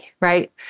right